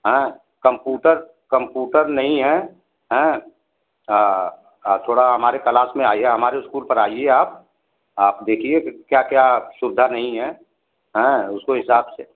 हैं computer computer नहीं है हैं हाँ थोड़ा हमारे कलास में आए हमारे स्कूल पर आइए आप आप देखिए कि क्या क्या सुविधा नहीं है हैं उसको हिसाब से